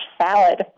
salad